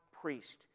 priest